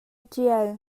ṭial